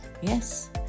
Yes